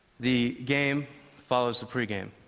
the game follows the pre-game.